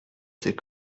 ces